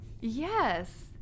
Yes